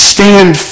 Stand